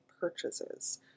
purchases